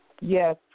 Yes